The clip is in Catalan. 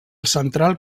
central